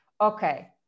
okay